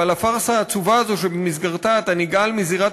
ועל הפארסה העצובה הזאת שבמסגרתה אתה נגעל מזירת